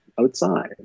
outside